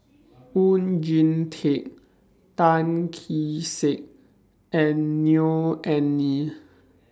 Oon Jin Teik Tan Kee Sek and Neo Anngee